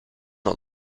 not